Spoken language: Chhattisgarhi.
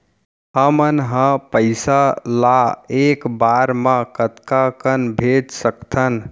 हमन ह पइसा ला एक बार मा कतका कन भेज सकथन?